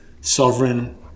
sovereign